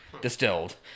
distilled